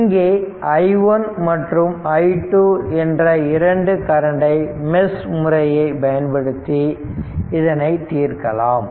இங்கே i1 மற்றும் i2 என்ற இரண்டு கரண்டை மெஷ் முறையை பயன்படுத்தி இதனை தீர்க்கலாம்